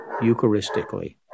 eucharistically